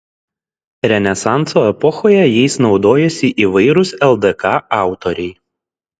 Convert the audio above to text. renesanso epochoje jais naudojosi įvairūs ldk autoriai